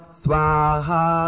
swaha